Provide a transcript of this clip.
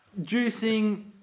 Juicing